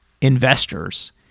investors